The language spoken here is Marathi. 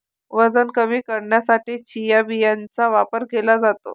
वजन कमी करण्यासाठी चिया बियांचा वापर केला जातो